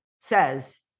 says